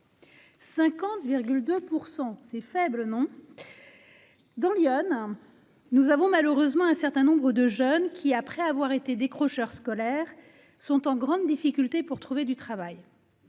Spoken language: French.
50,2 % au code. Exact ! Dans l'Yonne, il y a malheureusement un certain nombre de jeunes qui, après avoir été décrocheurs scolaires, sont en grande difficulté pour trouver du travail.